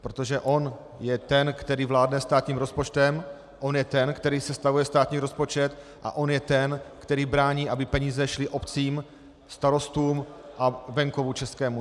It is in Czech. Protože on je ten, který vládne státním rozpočtem, on je ten, který sestavuje státní rozpočet, a on je ten, který brání, aby peníze šly obcím, starostům a českému venkovu.